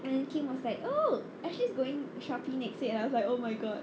and then kim was like oh ashley's going Shopee next week and I was like oh my god